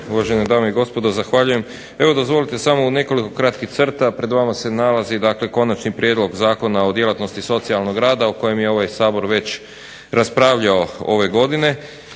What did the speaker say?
uvažene dame i gospodo zahvaljujem. Evo dozvolite samo u nekoliko kratkih crta, pred vama se nalazi Prijedlog zakona o djelatnosti socijalnog rada, o kojem je ovaj Sabor već raspravljao ove godine